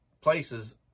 places